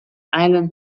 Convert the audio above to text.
island